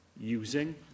using